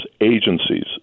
agencies